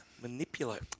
manipulate